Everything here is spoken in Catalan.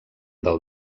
del